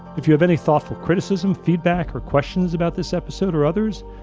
if you have any thoughtful criticism, feedback, or questions about this episode or others,